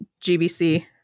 GBC